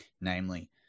namely